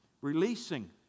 Releasing